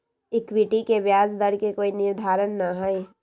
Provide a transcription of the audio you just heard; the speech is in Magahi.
इक्विटी के ब्याज दर के कोई निर्धारण ना हई